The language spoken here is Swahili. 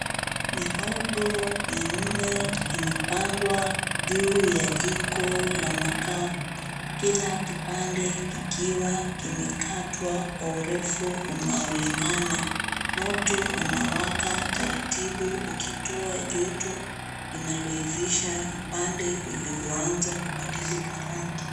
Mihogo minne imepangwa juu ya jiko la makaa, kila kipande kikiwa kimekatwa kwa urefu unaolingana, moto umewaka taratibu ukitoa joto linaloivisha upande iliyoanza kubadilika rangi.